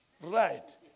Right